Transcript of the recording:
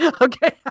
okay